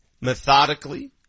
methodically